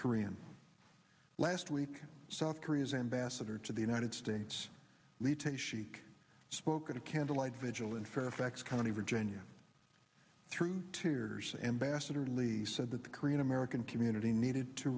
korean last week south korea's ambassador to the united states the ten sheik spoke at a candlelight vigil in fairfax county virginia through two years ambassador lee's said that the korean american community needed to